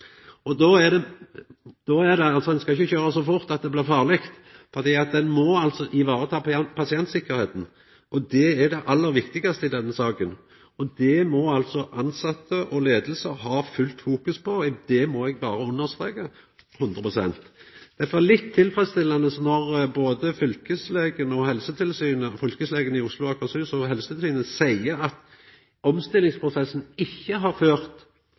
Ein skal ikkje kjøra så fort at det blir farleg, for ein må ta vare på pasientsikkerheita. Det er det aller viktigaste i denne saka. Det må dei tilsette og leiinga ha fullt fokus på – det må eg berre understreka 100 pst. Det er iallfall litt tilfredsstillande når både fylkeslegen i Oslo og Akershus og Helsetilsynet seier at omstillingsprosessen ikkje har ført